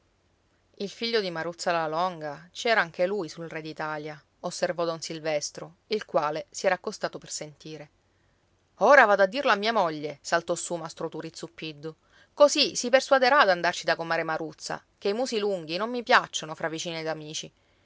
il figlio di maruzza la longa ci era anche lui sul re d'italia osservò don silvestro il quale si era accostato per sentire ora vado a dirlo a mia moglie saltò su mastro turi zuppiddu così si persuaderà ad andarci da comare maruzza ché i musi lunghi non mi piacciono fra vicini ed amici